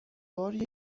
باری